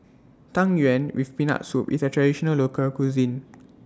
Tang Yuen with Peanut Soup IS A Traditional Local Cuisine